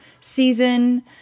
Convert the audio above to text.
season